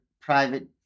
private